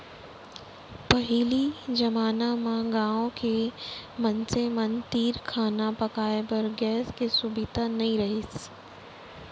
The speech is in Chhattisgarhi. पहिली जमाना म गॉँव के मनसे मन तीर खाना पकाए बर गैस के सुभीता नइ रहिस